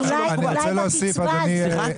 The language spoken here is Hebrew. ערן,